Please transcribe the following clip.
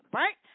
right